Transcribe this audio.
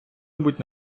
небудь